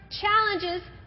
challenges